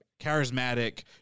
charismatic